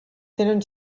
tenen